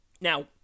Now